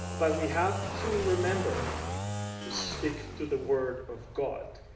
but we have to remember to stick to the word of god.